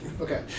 Okay